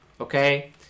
okay